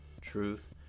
truth